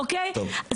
אוקיי?